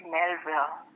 Melville